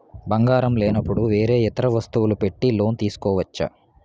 బంగారం లేనపుడు వేరే ఇతర వస్తువులు పెట్టి లోన్ తీసుకోవచ్చా?